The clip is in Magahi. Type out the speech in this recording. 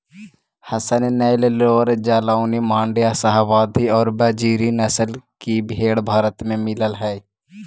हसन, नैल्लोर, जालौनी, माण्ड्या, शाहवादी और बजीरी नस्ल की भेंड़ भारत में मिलअ हई